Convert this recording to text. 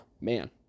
Man